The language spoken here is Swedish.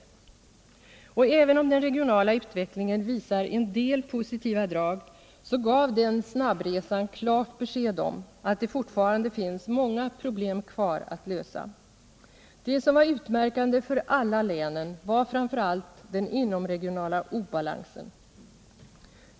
Även om den regionala utvecklingen visar en del positiva drag gav den snabbresan klara besked om att det fortfarande finns många problem kvar att lösa. Det som var utmärkande för alla län var framför allt den inomregionala obalansen.